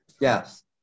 yes